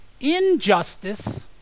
Injustice